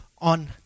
on